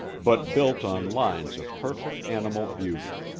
but built on lines of perfect animal beauty.